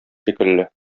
шикелле